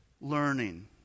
Learning